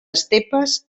estepes